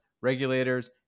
regulators